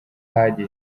hadi